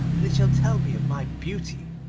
and it shall tell me of my beauty